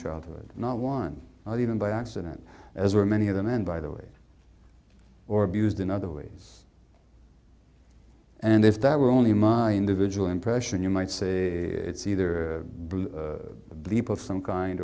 childhood not one not even by accident as were many of them and by the way or abused in other ways and if that were only my individual impression you might say it's either a bleep of some kind